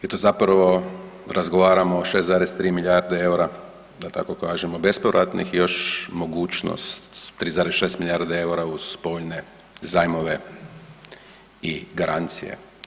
I to zapravo razgovaramo o 6,3 milijarde EUR-a da tako kažemo bespovratnih i još mogućnost 3,6 milijarde EUR-a uz brojne zajmove i garancije.